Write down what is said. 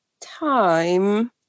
time